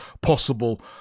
possible